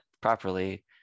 properly